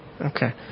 okay